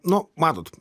nu matot